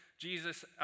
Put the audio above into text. Jesus